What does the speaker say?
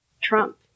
trump